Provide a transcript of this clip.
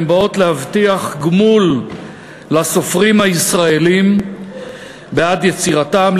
הוא בא להבטיח גמול לסופרים הישראלים בעד יצירתם,